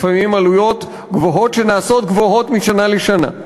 לפעמים עלויות גבוהות שנעשות גבוהות משנה לשנה,